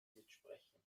mitsprechen